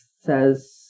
says